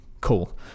Cool